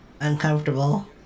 uncomfortable